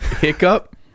hiccup